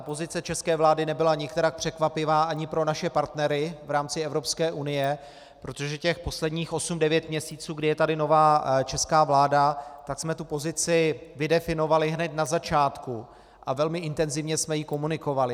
Pozice české vlády nebyla nikterak překvapivá ani pro naše partnery v rámci Evropské unie, protože těch posledních osm devět měsíců, kdy je tady nová česká vláda, jsme pozici vydefinovali hned na začátku a velmi intenzivně jsme ji komunikovali.